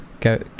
go